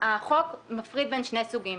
החוק מפריד בין שני סוגים,